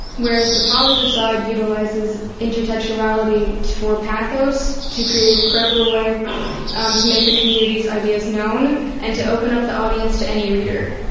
whereas the positive side utilizes intertextuality for pathos to create a credible way to make the community's ideas known and to open up the audience to any reader.